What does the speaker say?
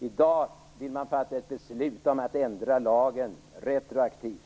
I dag vill man fatta beslut om att ändra lagen retroaktivt.